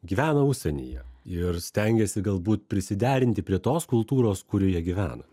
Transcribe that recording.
gyvena užsienyje ir stengiasi galbūt prisiderinti prie tos kultūros kurioje gyvena